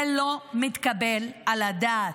זה לא מתקבל על הדעת.